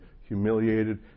humiliated